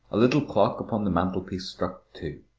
a little clock upon the mantelpiece struck two.